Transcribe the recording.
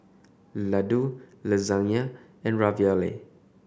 Ladoo Lasagna and Ravioli